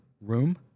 room